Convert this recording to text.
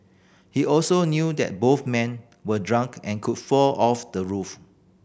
he also knew that both men were drunk and could fall off the roof